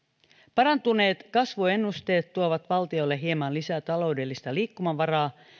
parantuneet kasvuennusteet tuovat valtiolle hieman lisää taloudellista liikkumavaraa